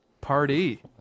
Party